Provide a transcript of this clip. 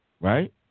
right